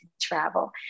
travel